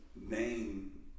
name